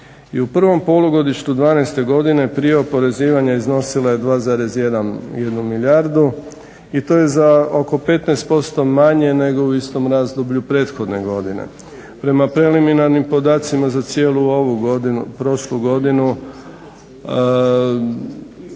i u prvom polugodištu 2012. prije oporezivanja iznosila je 2,1 milijardu i to je za oko 15% manje nego u istom razdoblju prethodne godine. Prema preliminarnim podacima za cijelu ovu prošlu godinu